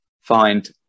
find